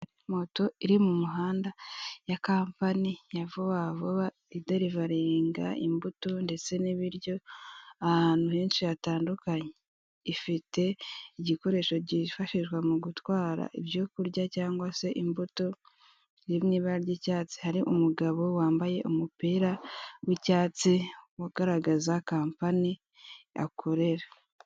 Moto iri mu muhanda ya kampani ya vuba vuba iderivaringa imbuto, ndetse n' ibiryo ahantu henshi hatandukanye. Ifite igikoresho kifashishwa mu gutwara ibyo kurya cyangwa se imbuto riri mu ibara ry' icyatsi. Hari umugabo wambaye umupira w' icyatsi ugaragaza kampani akorera.